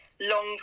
long